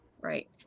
right